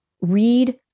read